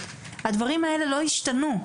הדברים האלה לא השתנו.